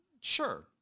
sure